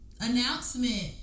announcement